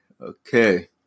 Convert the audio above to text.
Okay